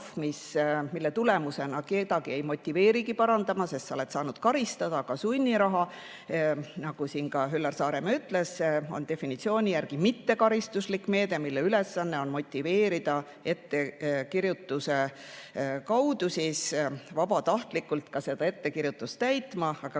mille tulemusena kedagi ei motiveerita ennast parandama, sest sa oled saanud karistada. Aga sunniraha, nagu siin ka Üllar Saaremäe ütles, on definitsiooni järgi mittekaristuslik meede, mille ülesanne on motiveerida ettekirjutuse kaudu vabatahtlikult seda täitma, aga